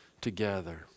together